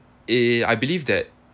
eh I believe that